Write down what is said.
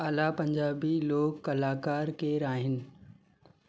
आला पंजाबी लोक कलाकार केर आहिनि